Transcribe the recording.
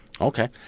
Okay